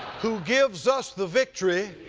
who gives us the victory